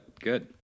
good